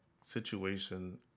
situation